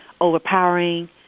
overpowering